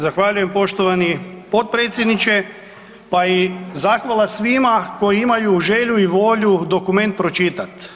Zahvaljujem poštovani potpredsjedniče pa i zahvala svima koji imaju želju i volju dokument pročitati.